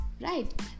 right